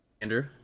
Andrew